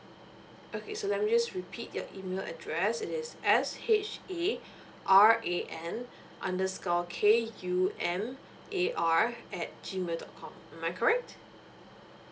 okay so let me just repeat your email address it is S H A R A N underscore K U M A R at G mail dot com am I correct